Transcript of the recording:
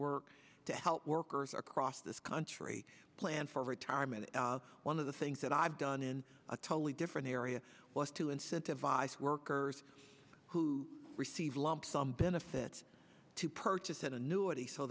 work to help workers across this country plan for retirement one of the things that i've done in a totally different area was to incentivize workers who receive lump sum benefits to purchase an annuity so